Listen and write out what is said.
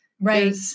Right